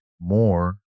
more